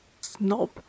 snob